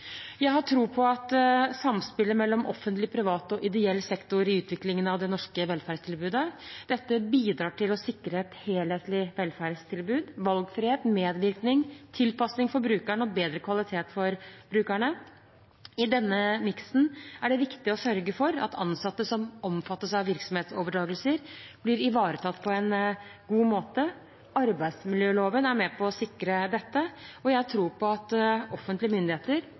Jeg har tro på samspillet mellom offentlig, privat og ideell sektor i utviklingen av det norske velferdstilbudet. Dette bidrar til å sikre et helhetlig velferdstilbud, valgfrihet, medvirkning, tilpasning for brukerne og bedre kvalitet for brukerne. I denne miksen er det viktig å sørge for at ansatte som omfattes av virksomhetsoverdragelser, blir ivaretatt på en god måte. Arbeidsmiljøloven er med på å sikre dette, og jeg har tro på at offentlige myndigheter,